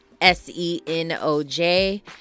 S-E-N-O-J